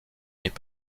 n’est